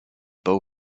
bow